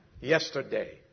yesterday